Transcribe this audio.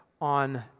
on